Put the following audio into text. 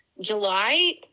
July